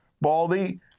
Baldy